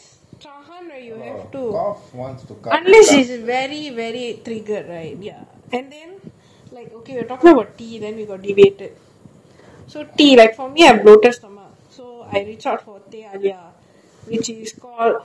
unless it is very very triggered right ya sometimes like okay the doctor will see everybody medicated so tea right somedays I got bloated stomach which I reach out for their their tea is called ginger tea that's why